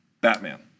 Batman